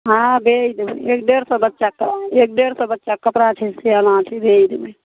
हाँ भेज देबय एक डेढ़ सओ बच्चाके एक डेढ़ सओ बच्चाके कपड़ा छै सियाना छै भेज देबय